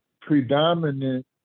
predominant